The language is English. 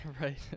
Right